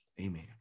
Amen